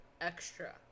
Extra